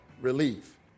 relief